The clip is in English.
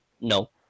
No